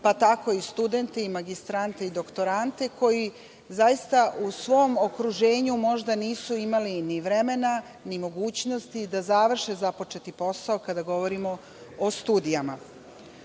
pa tako i studente i magistrante i doktorante, koji zaista u svom okruženju možda nisu imali ni vremena ni mogućnosti da završe započeti posao, kada govorimo o studijama. Ali,